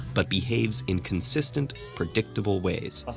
but behaves in consistent, predictable ways.